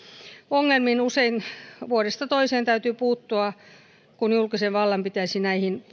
ongelmiin usein vuodesta toiseen täytyy puuttua kun julkisen vallan pitäisi